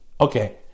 okay